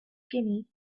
skinny